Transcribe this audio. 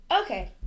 Okay